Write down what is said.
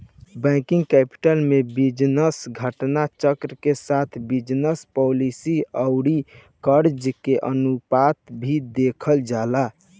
working capital में business घटना चक्र के साथ बिजनस पॉलिसी आउर करजा के अनुपात भी देखल जाला